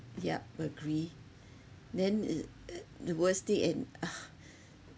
yup agree then i~ i~ the worst thing in